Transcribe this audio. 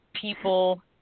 People